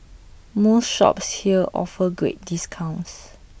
most shops here offer great discounts